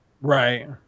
Right